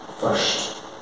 first